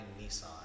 Nissan